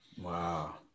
Wow